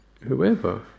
whoever